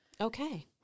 Okay